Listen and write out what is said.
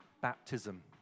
baptism